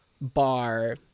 bar